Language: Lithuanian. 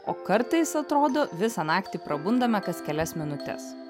o kartais atrodo visą naktį prabundame kas kelias minutes